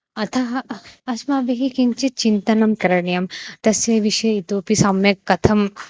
अतः अस्माभिः किञ्चित् चिन्तनं करणीयं तस्य विषये इतोऽपि सम्यक् कथम्